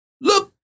Look